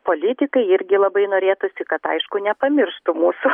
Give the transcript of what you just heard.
politikai irgi labai norėtųsi kad aišku nepamirštų mūsų